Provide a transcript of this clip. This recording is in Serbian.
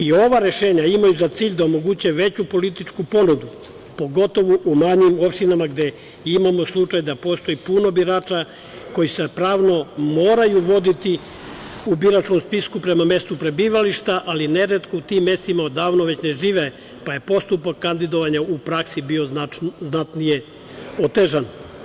Ova rešenja imaju za cilj da omoguće veću političku ponudu, pogotovo u manjim opštinama gde imamo slučaj da postoji puno birača koji se pravno moraju voditi u biračkom spisku prema mestu prebivališta, ali neretko u tim mestima odavno već ne žive, pa je postupak kandidovanja u praksi bio znatnije otežan.